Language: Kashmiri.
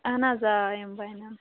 اَہَن حظ آ یِم بَنن